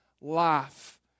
life